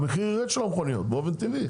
המחיר של המכוניות ירד.